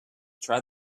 try